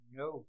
no